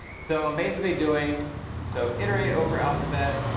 so i'm basically doing so iterate over alphabet,